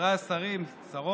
חבריי השרים, שרות,